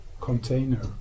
container